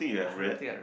I don't think I